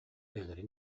бэйэлэрэ